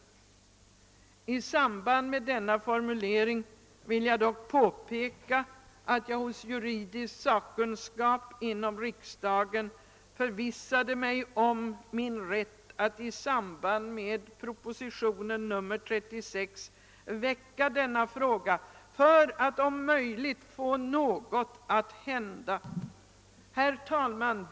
Med anledning av denna formulering av utskottets skrivning vill jag dock påpeka, att jag hos juridisk sakkunskap inom riksdagen förvissat mig om min rätt att i samband med propositionen nr 36 väcka denna motion för att om möjligt få något att hända. Herr talman!